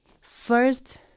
first